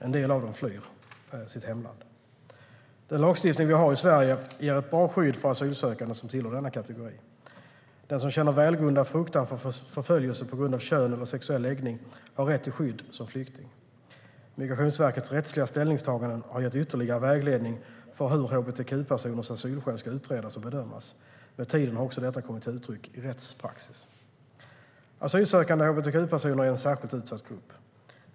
En del av dem flyr sitt hemland. Den lagstiftning vi har i Sverige ger ett bra skydd för asylsökande som tillhör denna kategori. Den som känner välgrundad fruktan för förföljelse på grund av kön eller sexuell läggning har rätt till skydd som flykting. Migrationsverkets rättsliga ställningstaganden har gett ytterligare vägledning för hur hbtq-personers asylskäl ska utredas och bedömas. Med tiden har också detta kommit till uttryck i rättspraxis. Asylsökande hbtq-personer är en särskilt utsatt grupp.